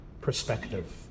perspective